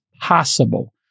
possible